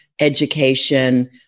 education